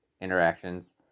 interactions